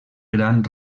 gran